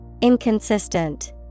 Inconsistent